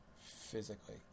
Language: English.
physically